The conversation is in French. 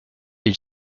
ils